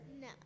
No